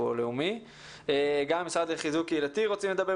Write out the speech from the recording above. גם מהמשרד לחיזוק קהילתי רוצים לדבר.